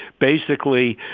basically,